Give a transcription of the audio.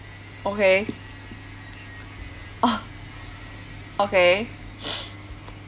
okay orh okay